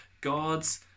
God's